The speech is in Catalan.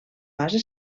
base